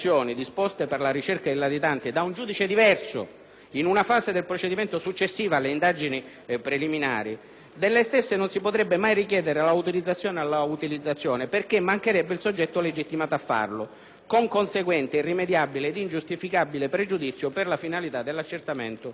in una fase del procedimento successiva alle indagini preliminari, delle stesse non si potrebbe mai richiedere l'autorizzazione all'utilizzazione perché mancherebbe il soggetto legittimato a farlo, con conseguente irrimediabile (e ingiustificabile) pregiudizio per le finalità di accertamento del procedimento penale.